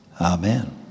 Amen